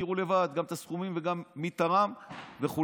ותראו לבד גם את הסכומים וגם מי תרם וכו'.